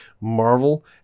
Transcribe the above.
Marvel